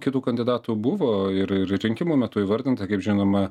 kitų kandidatų buvo ir ir rinkimų metu įvardinta kaip žinoma